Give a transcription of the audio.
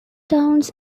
towns